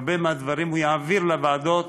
הרבה מהדברים הוא יעביר לוועדות,